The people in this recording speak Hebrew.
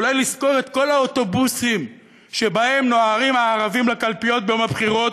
אולי לשכור את כל האוטובוסים שבהם נוהרים הערבים לקלפיות ביום הבחירות